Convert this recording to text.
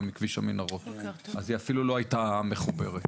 כביש המנהרות, אז היא אפילו לא הייתה מחוברת.